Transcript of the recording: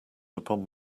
upon